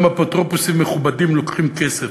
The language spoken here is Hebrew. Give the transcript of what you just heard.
גם אפוטרופוסים מכובדים לוקחים כסף,